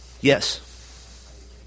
Yes